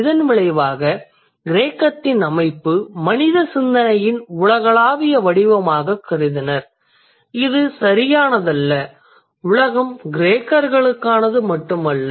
இதன் விளைவாக கிரேக்கத்தின் அமைப்பு மனித சிந்தனையின் உலகளாவிய வடிவமாகக் கருதினர் இது சரியானதல்ல உலகம் கிரேக்கர்களுக்கானது மட்டுமானதல்ல